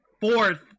fourth